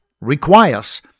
requires